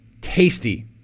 tasty